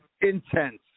intense